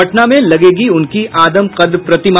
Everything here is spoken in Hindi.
पटना में लगेगी उनकी आदमकद प्रतिमा